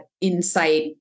insight